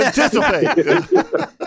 Anticipate